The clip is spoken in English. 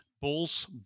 Bulls